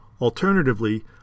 Alternatively